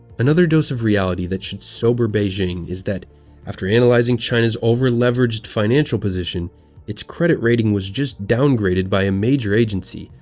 another dose of reality that should sober beijing is that after analyzing china's overleveraged financial position its credit rating was just downgraded by a major agency,